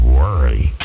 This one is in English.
worry